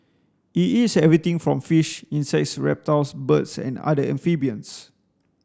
it eats everything from fish insects reptiles birds and other amphibians